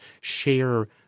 share